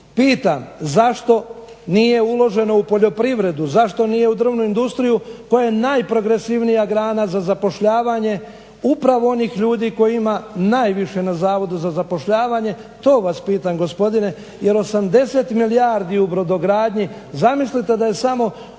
pitam zašto nije uloženo u poljoprivredu, zašto nije u drvnu industriju koja je najprogresivnija grana za zapošljavanje upravo onih ljudi kojih ima najviše na Zavodu za zapošljavanje. To vas pitam gospodine, jer 80 milijardi u brodogradnji zamislite da je samo